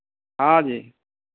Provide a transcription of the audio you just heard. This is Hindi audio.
हाँ जी